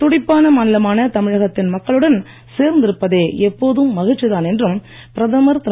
துடிப்பான மாநிலமான தமிழகத்தின் மக்களுடன் சேர்ந்திருப்பதே எப்போதும் மகிழ்ச்சிதான் என்றும் பிரதமர் திரு